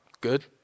Good